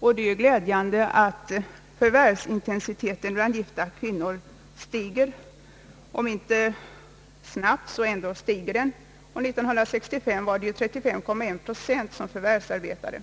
och det är glädjande att förvärvsintensiteten bland kvinnor stiger, även om det inte sker snabbt. År 1965 förvärvsarbetade 35,1 procent av de gifta kvinnorna,